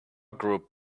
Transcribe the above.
group